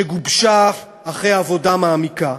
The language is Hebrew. שגובשה אחרי עבודה מעמיקה,